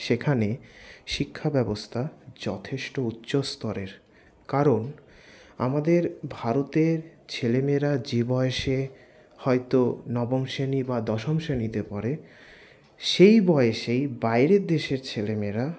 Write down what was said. সেখানে শিক্ষাব্যবস্থা যথেষ্ট উচ্চস্তরের কারণ আমাদের ভারতের ছেলেমেয়েরা যে বয়সে হয়তো নবম শ্রেণী বা দশম শ্রেণীতে পড়ে সেই বয়সেই বাইরের দেশের ছেলেমেয়েরা